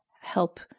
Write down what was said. help